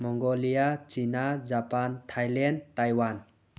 Mongolia China Japan Thailand Taiwan